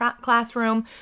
classroom